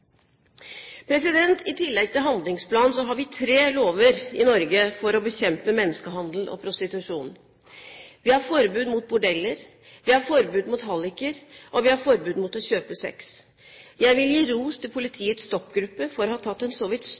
I tillegg til handlingsplanen har vi tre lover i Norge for å bekjempe menneskehandel og prostitusjon: Vi har forbud mot bordeller, vi har forbud mot halliker, og vi har forbud mot å kjøpe sex. Jeg vil gi ros til politiets STOP-gruppe for å ha tatt en så vidt